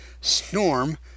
Storm